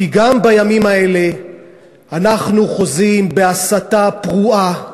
כי גם בימים האלה אנחנו חוזים בהסתה פרועה,